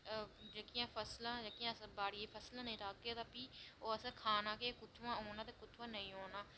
जेह्कियां फसलां अस बाड़ियै गी फसलां नेईं राह्गे तां ओह् असें खाना केह् कुत्थुआं औना ते कुत्थुआं नेईं ते